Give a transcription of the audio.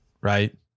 right